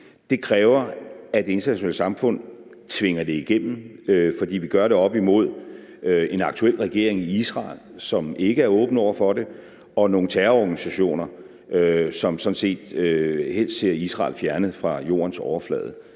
Det kræver, at det internationale samfund tvinger det igennem, fordi vi gør det op imod en aktuel regering i Israel, som ikke er åbne over for det, og nogle terrororganisationer, som sådan set helst ser Israel fjernet fra jordens overflade.